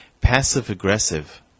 passive-aggressive